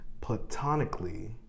platonically